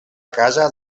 casa